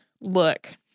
look